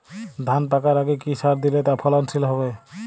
ধান পাকার আগে কি সার দিলে তা ফলনশীল হবে?